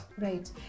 right